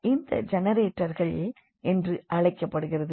இவை ஜெனரேட்டர்கள் என்று அழைக்கப்படுகிறது